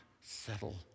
settle